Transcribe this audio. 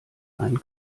einen